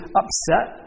upset